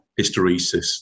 hysteresis